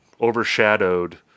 overshadowed